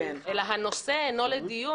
אלא הנושא אינו לדיון.